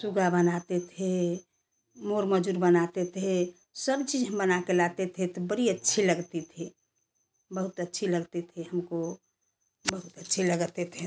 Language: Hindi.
सूगा बनाते थे मोर मजूर बनाते थे सब चीज हम बना के लाते थे तो बड़ी अच्छी लगती थी बहुत अच्छी लगती थी हमको बहुत अच्छे लगते थे